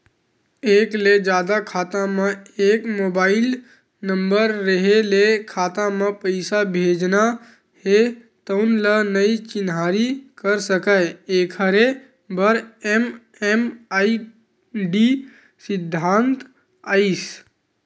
एक ले जादा खाता म एके मोबाइल नंबर रेहे ले खाता म पइसा भेजना हे तउन ल नइ चिन्हारी कर सकय एखरे बर एम.एम.आई.डी सिद्धांत आइस